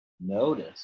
Notice